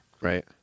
Right